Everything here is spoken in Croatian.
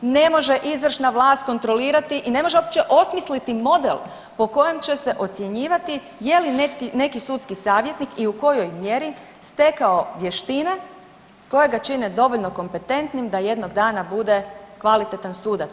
Ne može izvršna vlast kontrolirati i ne može uopće osmisliti model po kojem će se ocjenjivati je li neki sudski savjetnik i u kojoj mjeri stekao vještine koje ga čine dovoljno kompetentnim da jednog dana bude kvalitetan sudac.